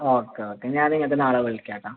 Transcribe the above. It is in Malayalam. ഓക്കെ ഓക്കെ ഞാൻ അത് നാളെ വിളിക്കാം കേട്ടൊ